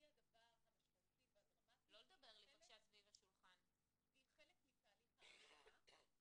היא הדבר המשמעותי והדרמטי והיא חלק מתהליך ההכשרה.